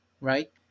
right